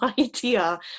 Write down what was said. idea